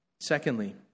Secondly